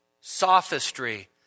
sophistry